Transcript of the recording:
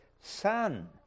Son